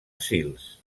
sils